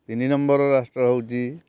ତିନି ନମ୍ବର୍ର ରାଷ୍ଟ୍ର ହେଉଛି